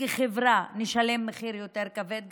כחברה נשלם מחיר יותר כבד,